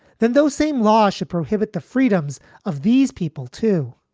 then those same laws should prohibit the freedoms of these people to.